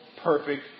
perfect